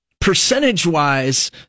percentage-wise